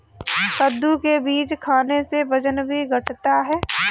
कद्दू के बीज खाने से वजन भी घटता है